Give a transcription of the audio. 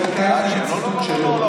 ציטוט שלו.